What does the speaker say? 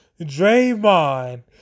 Draymond